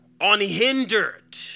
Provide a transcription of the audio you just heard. unhindered